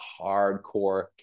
hardcore